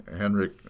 Henrik